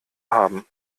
haben